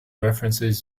references